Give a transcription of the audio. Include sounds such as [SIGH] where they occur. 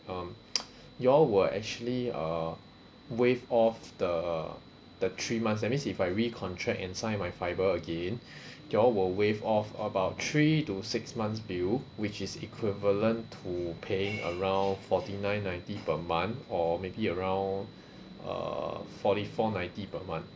um [NOISE] you all will actually uh waive off the the three months that means if I recontract and sign my fibre again [BREATH] you all will waive off about three to six months bill which is equivalent to paying around forty nine ninety per month or maybe around uh forty four ninety per month